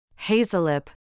Hazelip